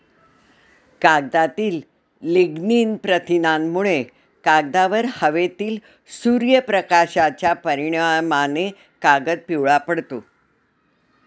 कागदातील लिग्निन प्रथिनांमुळे, कागदावर हवेतील सूर्यप्रकाशाच्या परिणामाने कागद पिवळा पडतो